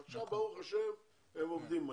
עכשיו ברוך השם הם עובדים מהר.